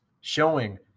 showing